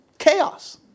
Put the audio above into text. chaos